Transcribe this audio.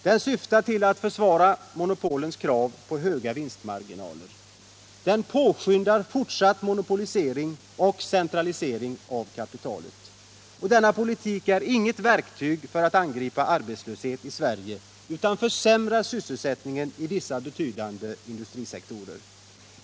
Den syftar till att försvara monopolens krav på höga vinstmarginaler. Den påskyndar fortsatt monopolisering och centralisering av kapitalet. Denna politik är inget verktyg för att angripa arbetslösheten i Sverige utan försämrar sysselsättningen i vissa betydande industrisektorer.